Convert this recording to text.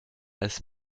als